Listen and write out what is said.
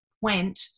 went